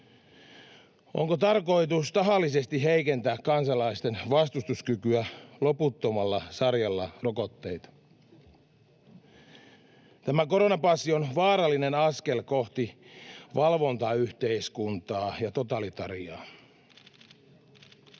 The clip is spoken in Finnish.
Onko tarkoitus tahallisesti heikentää kansalaisten vastustuskykyä loputtomalla sarjalla rokotteita? Tämä koronapassi on vaarallinen askel kohti valvontayhteiskuntaa ja totalitariaa.